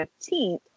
15th